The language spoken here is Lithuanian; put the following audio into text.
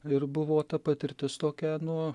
ir buvo ta patirtis tokia nu